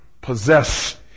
possess